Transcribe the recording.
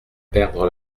perdre